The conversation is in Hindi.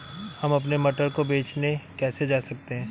हम अपने मटर को बेचने कैसे जा सकते हैं?